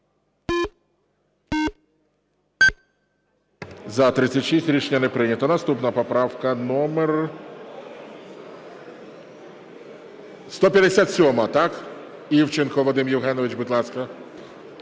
За-36 Рішення не прийнято. Наступна поправка номер 157. Івченко Вадим Євгенович, будь ласка.